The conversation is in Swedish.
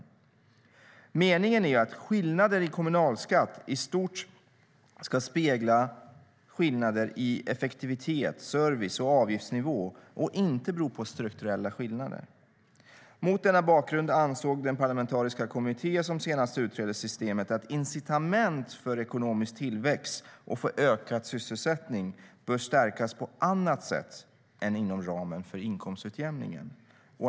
Meningen är att skillnader i kommunalskatt i stort ska spegla skillnader i effektivitet, service och avgiftsnivå och inte bero på strukturella skillnader. Mot denna bakgrund ansåg den parlamentariska kommitté som senast utredde systemet att incitament för ekonomisk tillväxt och för ökad sysselsättning bör stärkas på annat sätt än inom ramen för inkomstutjämningen.